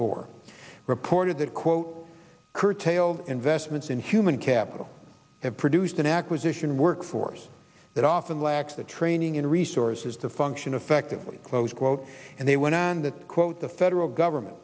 four reported that quote curtailed investments in human capital have produced an acquisition workforce that often lacks the training and resources to function effectively close quote and they went on that quote the federal government